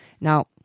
Now